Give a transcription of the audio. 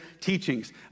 teachings